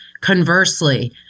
Conversely